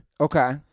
Okay